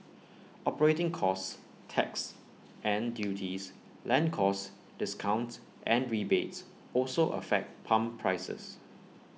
operating costs taxes and duties land costs discounts and rebates also affect pump prices